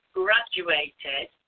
graduated